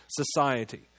society